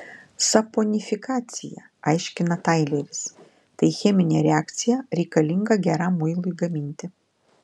saponifikacija aiškina taileris tai cheminė reakcija reikalinga geram muilui gaminti